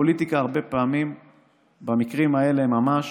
הפוליטיקה הרבה פעמים במקרים האלה ממש